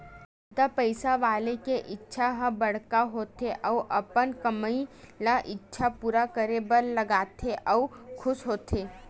जादा पइसा वाला के इच्छा ह बड़का होथे अउ अपन कमई ल इच्छा पूरा करे बर लगाथे अउ खुस होथे